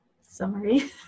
summary